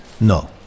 No